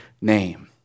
name